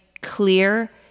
clear